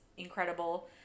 Incredible